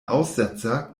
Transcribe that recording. aussetzer